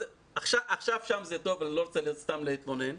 עכשיו שם זה טוב, אני לא רוצה סתם להתלונן.